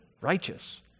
righteous